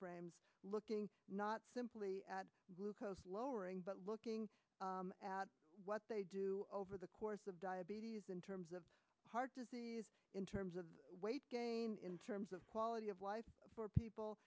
frame looking not simply at bluecoats lowering but looking at what they do over the course of diabetes in terms of heart disease in terms of weight gain in terms of quality of life for people